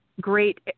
great